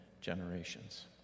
generations